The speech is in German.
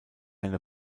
eine